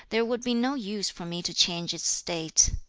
there would be no use for me to change its state